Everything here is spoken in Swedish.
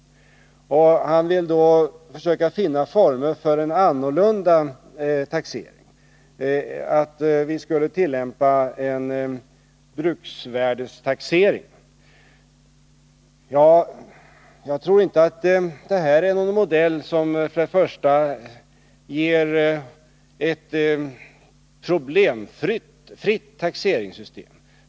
Bo Lundgren vill söka finna former för en annorlunda taxering — att vi skulle tillämpa en bruksvärdestaxering. Jag tror inte detta är någon modell som ger ett problemfritt taxeringssystem.